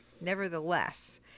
Nevertheless